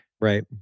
Right